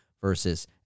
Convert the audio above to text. versus